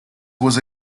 was